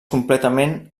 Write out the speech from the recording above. completament